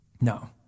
No